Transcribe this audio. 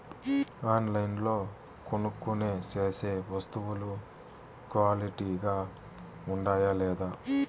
ఆన్లైన్లో కొనుక్కొనే సేసే వస్తువులు క్వాలిటీ గా ఉండాయా లేదా?